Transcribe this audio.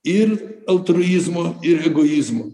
ir altruizmo ir egoizmo